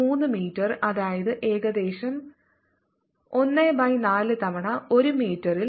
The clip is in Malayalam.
3 മീറ്റർ അതായത് ഏകദേശം ¼ തവണ 1 മീറ്റർ ൽ